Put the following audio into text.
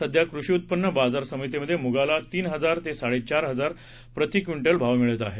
सध्या कृषी उत्पन्न बाजार समितीमध्ये मुगाला तीन हजार ते साडेचार हजार रुपये प्रति क्विंटल भाव मिळत आहे